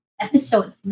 episode